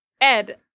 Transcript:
Ed